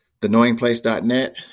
TheKnowingPlace.net